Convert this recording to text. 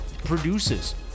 produces